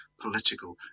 political